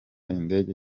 indege